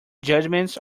judgements